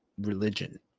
religion